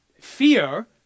fear